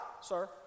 sir